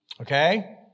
Okay